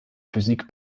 physik